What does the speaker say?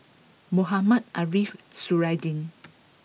Mohamed Ariff Suradi